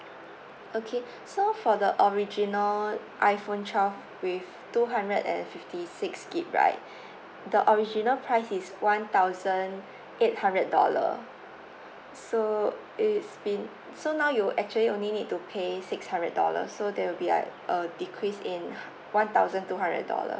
okay so for the original iphone twelve with two hundred and fifty six G_B right the original price is one thousand eight hundred dollar so it's been so now you actually only need to pay six hundred dollars so they'll be uh a decrease in one thousand two hundred dollar